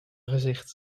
gezicht